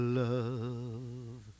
love